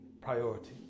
priority